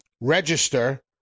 register